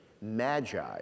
Magi